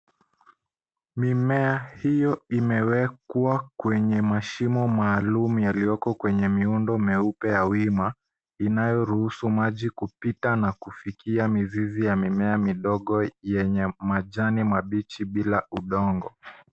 Mimea hiyo imewekwa kwenye mashimo maalum yalioko kwenye miundo meupe ya wima, inayoruhusu maji kupita na kufikia mizizi ya mimea midogo yenye majani mabichi bila udongo.